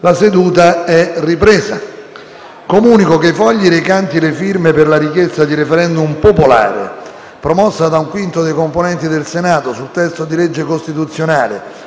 finestra"). Comunico che i fogli recanti le firme per la richiesta di *referendum* popolare, promossa da un quinto dei componenti del Senato, sul testo di legge costituzionale